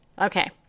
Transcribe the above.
Okay